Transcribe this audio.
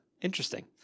interesting